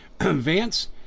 Vance